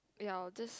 ya I will just